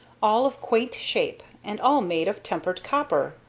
all of quaint shape, and all made of tempered copper.